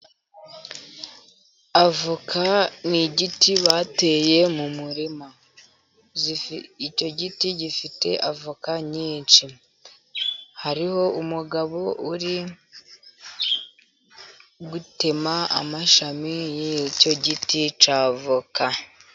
Avoka ni igiti bateye mu murima, icyo giti gifite avoka nyinshi, hariho umugabo uri gutema amashami y'icyo giti cy'avoka.